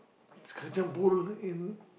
Kacang-Pool in